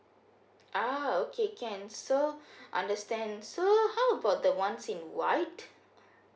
ah okay can so understand so how about the ones in white